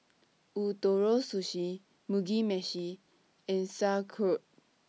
Ootoro Sushi Mugi Meshi and Sauerkraut